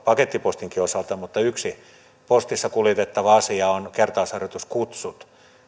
pakettipostinkin osalta mutta yksi postissa kuljetettava asia on kertausharjoituskutsut